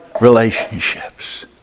relationships